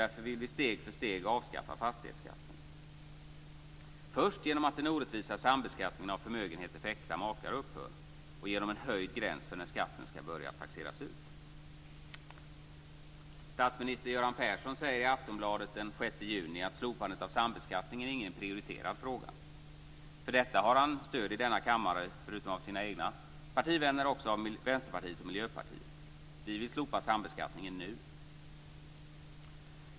Därför vill vi steg för steg avskaffa förmögenhetsskatten - först genom att den orättvisa sambeskattningen av förmögenheter för äkta makar upphör och genom en höjd gräns för när skatten ska börja taxeras ut. Statsminister Göran Persson säger i Aftonbladet den 6 juni att slopandet av sambeskattningen inte är en prioriterad fråga. För detta har han stöd i denna kammare, förutom av sina egna partivänner, av Vänsterpartiet och Miljöpartiet. Vi vill slopa sambeskattningen nu.